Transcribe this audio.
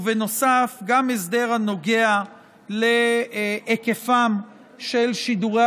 נוסף גם הסדר הנוגע להיקפם של שידורי